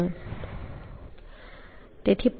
હું હમણાં બદલી રહ્યો છું